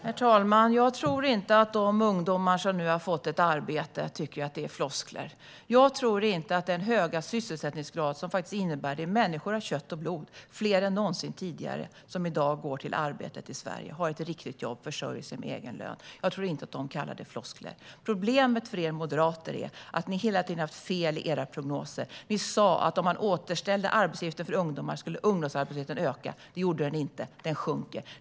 Herr talman! Jag tror inte att de ungdomar som nu har fått ett arbete tycker att det är floskler. Den höga sysselsättningsgraden innebär att fler människor än någonsin tidigare går till arbetet i dag. Det är människor av kött och blod, och de har ett riktigt jobb och försörjer sig på egen lön. Jag tror inte att de kallar det floskler. Problemet för er moderater, Niklas Wykman, är att ni hela tiden har haft fel i era prognoser. Ni sa att om vi återställde arbetsgivaravgifterna för ungdomar skulle ungdomsarbetslösheten öka. Det gjorde den inte, utan den sjunker.